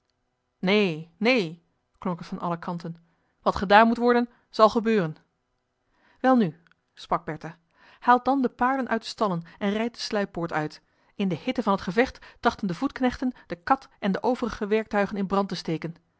neen neen klonk het van alle kanten wat gedaan moet worden zal gebeuren welnu sprak bertha haalt dan de paarden uit de stallen en rijdt de sluippoort uit in de hitte van het gevecht trachten de voetknechten de kat en de overige werktuigen in brand te steken